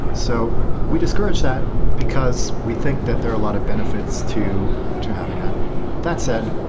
so we discourage that because we think that there are a lot of benefits to to having that. that said,